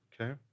okay